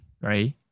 right